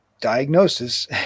diagnosis